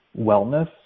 wellness